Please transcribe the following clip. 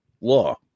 law